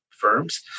firms